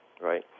right